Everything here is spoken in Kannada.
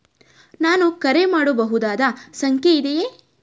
ನಾನು ಕರೆ ಮಾಡಬಹುದಾದ ಸಂಖ್ಯೆ ಇದೆಯೇ?